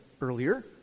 earlier